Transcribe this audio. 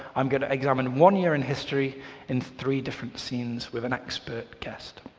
um going to examine one year in history in three different scenes, with an expert guest.